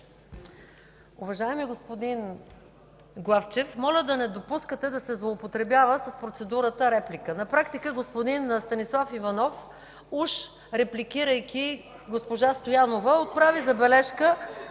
Уважаеми господин Главчев, моля да не допускате да се злоупотребява с процедурата реплика. На практика господин Станислав Иванов, уж репликирайки госпожа Стоянова, отправи забележка